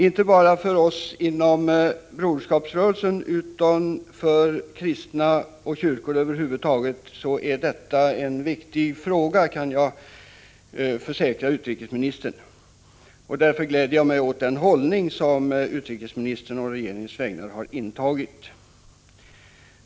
Inte bara för oss inom broderskapsrörelsen utan för kristna och kyrkor över huvud taget är detta en viktig fråga, kan jag försäkra utrikesministern. Därför gläder jag mig åt den hållning som utrikesministern å regeringens vägnar här har intagit.